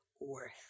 worth